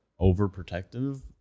overprotective